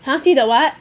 !huh! see the what